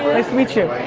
meet you.